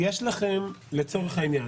לצורך העניין,